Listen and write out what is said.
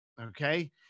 Okay